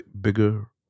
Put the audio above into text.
Bigger